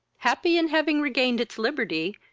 happy in having regained its liberty,